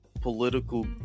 political